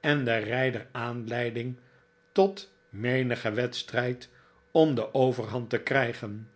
en den rijder aanleiding tot menigen wedstrijd om de overhand te krijgen